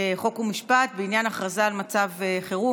חוק ומשפט בעניין הכרזה על מצב חירום,